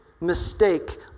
mistake